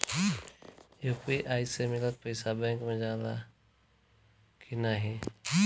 UPI से मिलल पईसा बैंक मे जाला की नाहीं?